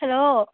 hello